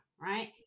Right